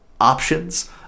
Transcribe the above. options